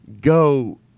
Go